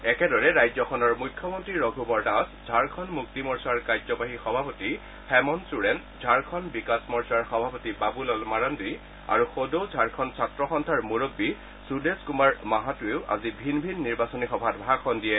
একেদৰে ৰাজ্যখনৰ মুখ্যমন্ত্ৰী ৰঘুবৰ দাস ঝাৰখণ্ড মুক্তি মৰ্চাৰ কাৰ্যবাহী সভাপতি হেমন্ত চোৰেণ ঝাৰখণ্ড বিকাশ মৰ্চাৰ সভাপতি বাবুলাল মাৰাণ্ডী আৰু সদৌ ঝাৰখণ্ড ছাত্ৰ সন্থাৰ মুৰববী সুদেশ কুমাৰ মাহাতোইও আজি ভিন ভিন নিৰ্বাচনী সভাত ভাষণ দিয়ে